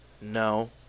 no